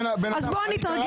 אני קראתי את החומר.